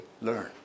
learn